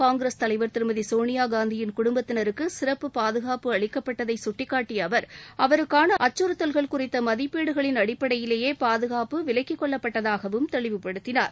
காங்கிரஸ் தலைவர் திருமதி சோனியாகாந்தியின் குடும்பத்தினருக்கு சிறப்பு பாதுகாப்பு அளிக்கப்பட்டதை கட்டிக்காட்டிய அவர் அவருக்கான அச்சுறுத்தல்கள் குறித்த மதிப்பீடுகளின் அடிப்படையிலேயே பாதுகாப்பு விலக்கிக் கொள்ளப்பட்டதாகவும் தெளிவுப்படுத்தினார்